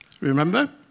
Remember